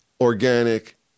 organic